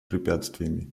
препятствиями